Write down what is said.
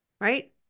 right